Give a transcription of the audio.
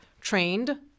trained